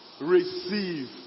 receive